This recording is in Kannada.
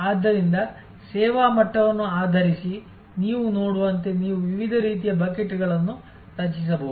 ಆದ್ದರಿಂದ ಸೇವಾ ಮಟ್ಟವನ್ನು ಆಧರಿಸಿ ನೀವು ನೋಡುವಂತೆ ನೀವು ವಿವಿಧ ರೀತಿಯ ಬಕೆಟ್ಗಳನ್ನು ರಚಿಸಬಹುದು